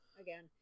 again